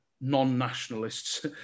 non-nationalists